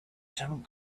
some